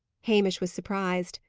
hamish was surprised.